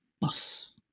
boss